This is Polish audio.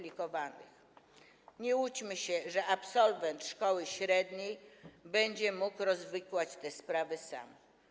Nie łudźmy się, że absolwent szkoły średniej będzie mógł rozwikłać te sprawy sam.